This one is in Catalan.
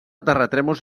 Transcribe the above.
terratrèmols